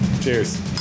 Cheers